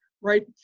right